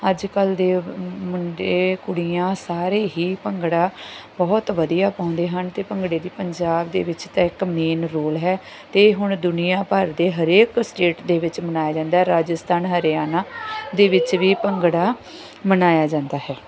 ਅੱਜ ਕੱਲ੍ਹ ਦੇ ਮੁੰਡੇ ਕੁੜੀਆਂ ਸਾਰੇ ਹੀ ਭੰਗੜਾ ਬਹੁਤ ਵਧੀਆ ਪਾਉਂਦੇ ਹਨ ਅਤੇ ਭੰਗੜੇ ਦੀ ਪੰਜਾਬ ਦੇ ਵਿੱਚ ਤਾਂ ਇੱਕ ਮੇਨ ਰੋਲ ਹੈ ਅਤੇ ਹੁਣ ਦੁਨੀਆਂ ਭਰ ਦੇ ਹਰੇਕ ਸਟੇਟ ਦੇ ਵਿੱਚ ਮਨਾਇਆ ਜਾਂਦਾ ਰਾਜਸਥਾਨ ਹਰਿਆਣਾ ਦੇ ਵਿੱਚ ਵੀ ਭੰਗੜਾ ਮਨਾਇਆ ਜਾਂਦਾ ਹੈ